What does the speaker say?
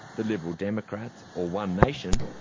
the liberal democrats, or one nation,